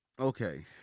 Okay